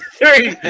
Three